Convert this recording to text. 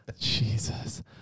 Jesus